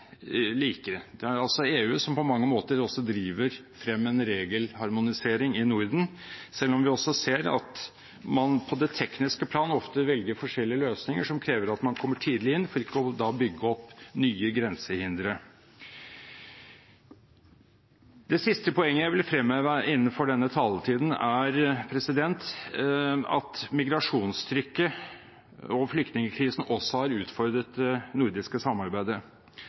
likere. Det er altså EU som på mange måter driver frem en regelharmonisering i Norden, selv om vi ser at man på det tekniske planet ofte velger forskjellige løsninger, som krever at man kommer tidlig inn for ikke å bygge opp nye grensehindre. Det siste poenget jeg vil fremheve innenfor taletiden, er at migrasjonstrykket og flyktningkrisen også har utfordret det nordiske samarbeidet.